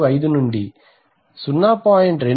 125 నుండి 0